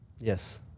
Yes